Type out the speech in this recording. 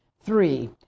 three